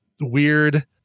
weird